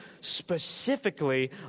specifically